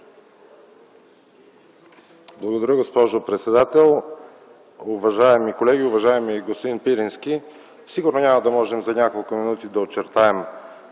Благодаря, госпожо председател. Уважаеми колеги! Уважаеми господин Пирински, сигурно няма да можем за няколко минути да очертаем